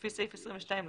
לפי סעיף 22 לחוק,